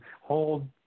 hold